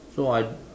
so I